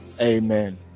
Amen